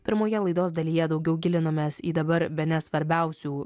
pirmoje laidos dalyje daugiau gilinomės į dabar bene svarbiausių